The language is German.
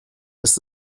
ist